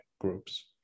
groups